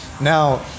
Now